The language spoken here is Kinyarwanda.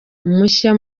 mushya